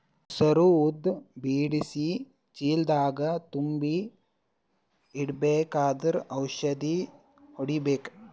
ಹೆಸರು ಉದ್ದ ಬಿಡಿಸಿ ಚೀಲ ದಾಗ್ ತುಂಬಿ ಇಡ್ಬೇಕಾದ್ರ ಔಷದ ಹೊಡಿಬೇಕ?